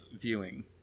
viewing